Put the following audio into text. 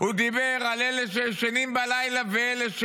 הוא דיבר על אלה שישנים בלילה ואלה שלא.